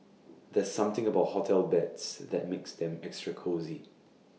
there's something about hotel beds that makes them extra cosy